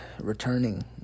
returning